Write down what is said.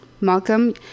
Malcolm